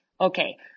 Okay